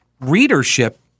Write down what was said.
readership